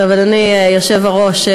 אדוני היושב-ראש,